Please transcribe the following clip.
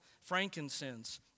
frankincense